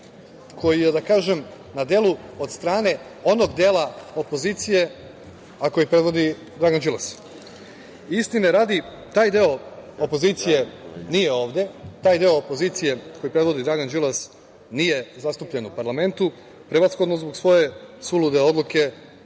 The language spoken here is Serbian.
koje je na delu od strane onog dela opozicije koji predvodi Dragan Đilas. Istine radi, taj deo opozicije nije ovde. Taj deo opozicije koju predvodi Dragan Đilas nije zastupljen u parlamentu, prevashodno zbog svoje sulude odluke